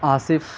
Asif